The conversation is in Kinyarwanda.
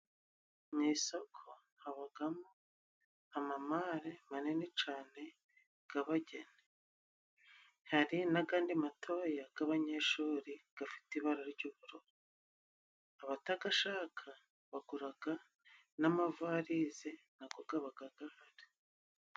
Mu isoko habagamo amamare manini cane g'abageni, hari n'agandi matoya g 'abanyeshuri gafite ibara ry'ubururu. Abatagashaka baguraga n'amavarize nago gabaga gahari.